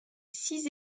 six